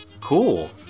Cool